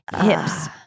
hips